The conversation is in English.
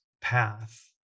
path